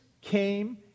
came